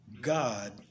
God